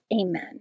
Amen